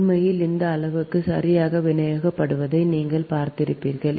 உண்மையில் இந்த அளவுருக்கள் சரியாக விநியோகிக்கப்படுவதை நீங்கள் பார்த்திருக்கிறீர்கள்